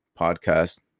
podcast